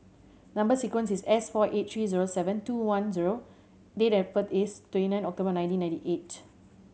number sequence is S four eight three zero seven two one zero date of birth is twenty nine October nineteen ninety eight